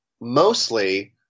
mostly